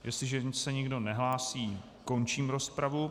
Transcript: Jestliže se nikdo nehlásí, končím rozpravu.